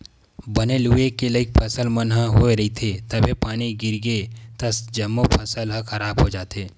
बने लूए के लइक फसल मन ह होए रहिथे तभे पानी गिरगे त जम्मो फसल ह खराब हो जाथे